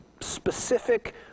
specific